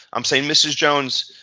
i'm saying mrs. jones,